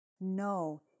no